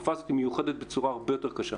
בתקופה זו היא מיוחדת בצורה הרבה יותר קשה.